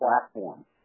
platform